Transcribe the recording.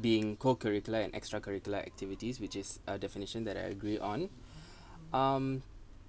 being co-curricular and extra-curricular activities which is a definition that I agree on um